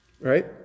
Right